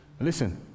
Listen